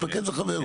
להתפקד זה חבר.